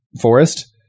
forest